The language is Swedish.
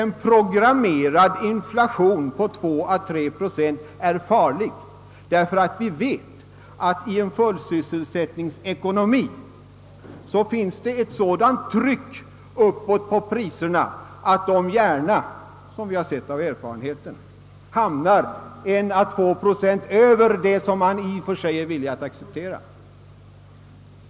En »programmerad inflation» på 2 å 3 procent är farlig — vi vet att det i en fullsysselsättningsekonomi finns ett sådant tryck på priserna att de gärna, som vi sett av erfarenheten, hamnar 1 å 2 procent över vad vi i och för sig är villiga att acceptera.